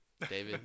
David